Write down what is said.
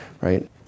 right